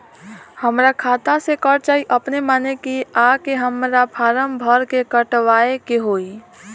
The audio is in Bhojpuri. हमरा खाता से कट जायी अपने माने की आके हमरा फारम भर के कटवाए के होई?